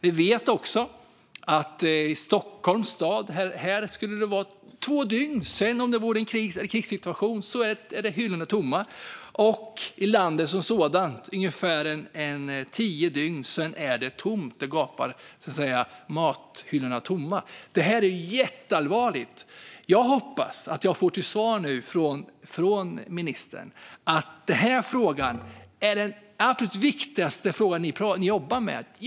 Vi vet också att det i Stockholms stad bara skulle gå två dygn i en kris eller krigssituation innan hyllorna skulle vara tomma. I landet som sådant skulle det ta ungefär tio dygn innan det är tomt. Då gapar mathyllorna tomma. Det här är jätteallvarligt. Jag hoppas att jag nu får till svar av ministern att den här frågan är den absolut viktigaste fråga ni jobbar med.